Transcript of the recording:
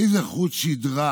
איזה חוט שדרה?